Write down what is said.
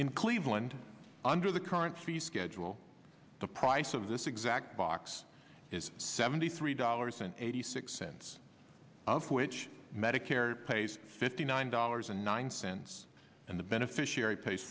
in cleveland under the current fee schedule the price of this exact box is seventy three dollars and eighty six cents of which medicare pays fifty nine dollars and nine cents and the beneficiary pa